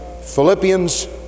Philippians